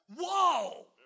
Whoa